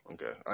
Okay